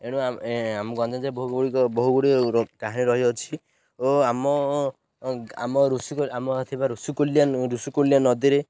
ଏଣୁ ଆମ ଗଞ୍ଜାମ ଜିଲ୍ଲାର ବହୁ ଗୁଡ଼ିକ ବହୁ ଗୁଡ଼ିଏ କାହାଣୀ ରହିଅଛି ଓ ଆମ ଋଷିକୂଲ୍ୟା ଆମ ଥିବା ଋଷିକୂଲ୍ୟା ଋଷିକୂଲ୍ୟା ନଦୀରେ